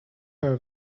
her